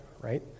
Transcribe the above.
right